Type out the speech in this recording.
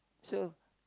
so